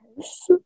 Yes